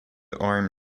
arm